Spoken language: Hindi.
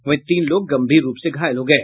वहीं तीन लोग गंभीर रूप से घायल हो गये